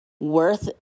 worth